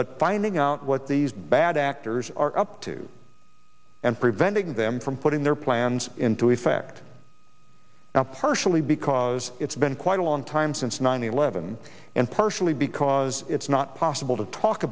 but finding out what these bad actors are up to and preventing them from putting their plans into effect now partially because it's been quite a long time since nine eleven and partially because it's not possible to talk